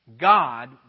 God